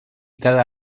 cada